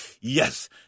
Yes